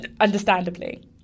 understandably